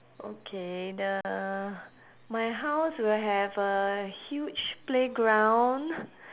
okay the my house will have a huge playground